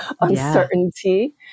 uncertainty